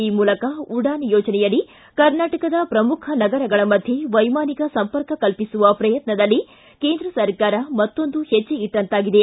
ಈ ಮೂಲಕ ಉಡಾನ್ ಯೋಜನೆಯಡಿ ಕರ್ನಾಟಕದ ಪ್ರಮುಖ ನಗರಗಳ ಮಧ್ಯೆ ವೈಮಾನಿಕ ಸಂಪರ್ಕ ಕಲ್ಪಿಸುವ ಪ್ರಯತ್ನದಲ್ಲಿ ಕೇಂದ್ರ ಸರ್ಕಾರ ಮತ್ತೊಂದು ಹೆಜ್ಜೆ ಇಟ್ಟಂತಾಗಿದೆ